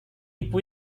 ibu